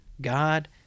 God